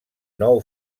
nou